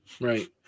Right